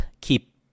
keep